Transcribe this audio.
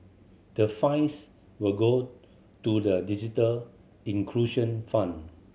the fines will go to the digital inclusion fund